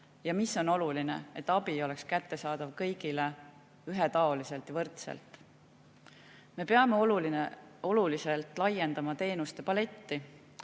Ja mis on oluline: abi peab olema kättesaadav kõigile ühetaoliselt ja võrdselt. Me peame oluliselt laiendama teenuste paletti.